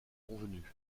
convenu